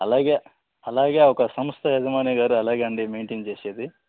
అలాగే అలాగే ఒక సంస్థ యజమాని గారు అలాగే అండి మెయిన్టైన్ చేసేది